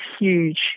huge